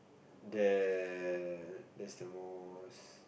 that that's the most